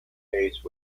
case